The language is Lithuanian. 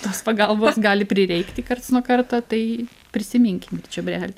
tos pagalbos gali prireikti karts nuo karto tai prisiminkim čiobrelį